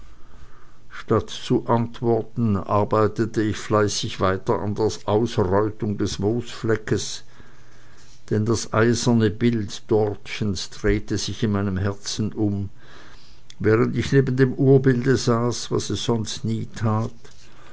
statt zu antworten arbeitete ich fleißig weiter an der ausreutung des moosfleckes denn das eiserne abbild dortchens drehte sich in meinem herzen um während ich neben dem urbilde saß was es sonst nie tat